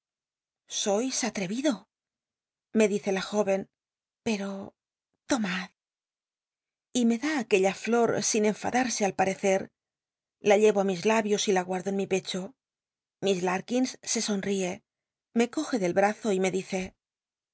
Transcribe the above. sois atrevido me dice la jóren pero lomad y me clli aqu ella flor sin enfadmse al pajcccj la llr ro ti mis labios y la guardo en mi pecho miss das se somie me coge del brazo y me dice